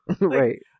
right